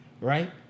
Right